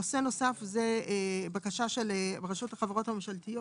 נושא נוסף, בקשה של רשות החברות הממשלתיות.